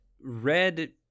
red